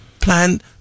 plan